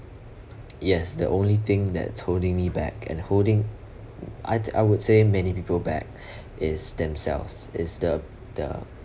yes the only thing that's holding me back and holding I I would say many people back is themselves it's the the